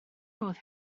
oedd